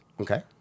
Okay